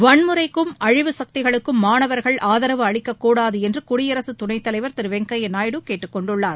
வன்முறைக்கும் அழிவு சக்திகளுக்கும் மாணவர்கள் ஆதரவு அளிக்கக்கூடாது என்று குடியரசுத் துணைத் தலைவர் திரு வெங்கையா நாயுடு கேட்டுக்கொண்டுள்ளார்